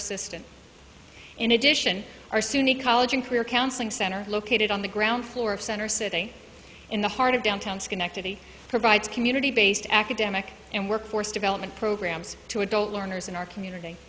assistant in addition our sunni college and career counseling center located on the ground floor of center city in the heart of downtown schenectady provides community based academic and workforce development programs to adult learners in our community